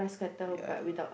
ya